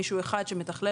מישהו אחד שמתכלל,